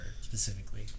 specifically